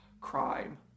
crime